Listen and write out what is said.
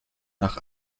nach